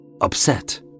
upset